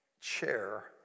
chair